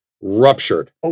ruptured